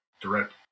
direct